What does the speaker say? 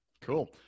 Cool